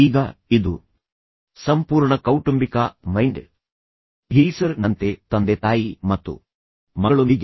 ಈಗ ಇದು ಸಂಪೂರ್ಣ ಕೌಟುಂಬಿಕ ಮೈಂಡ್ ಟೀಸರ್ ನಂತೆ ತಂದೆ ತಾಯಿ ಮತ್ತು ಮಗಳೊಂದಿಗೆ